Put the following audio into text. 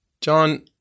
John